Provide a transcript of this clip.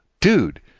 dude